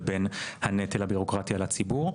ובין הנטל הבירוקרטי על הציבור.